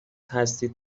هستید